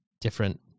different